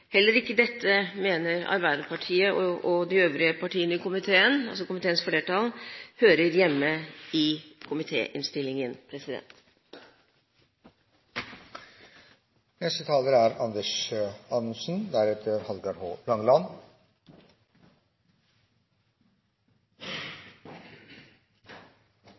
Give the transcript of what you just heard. Heller ikke dette mener Arbeiderpartiet og de øvrige partiene i komiteen – altså komiteens flertall – hører hjemme i